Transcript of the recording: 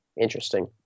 Interesting